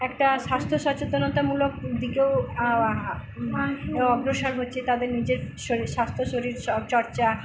একটা স্বাস্থ্য সচেতনতামূলক দিকেও অগ্রসর হচ্ছে তাদের নিজের শরীর স্বাস্থ্য শরীরচর্চা